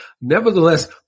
Nevertheless